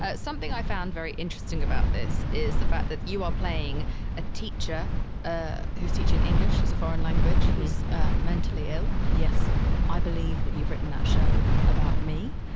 ah something i found very interesting about this is the fact that you are playing a teacher ah who's teaching english as a foreign language, who's mentally ill yes i believe that you've written that show about me.